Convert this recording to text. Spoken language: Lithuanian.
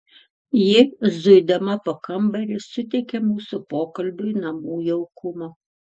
ji zuidama po kambarį suteikė mūsų pokalbiui namų jaukumo